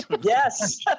Yes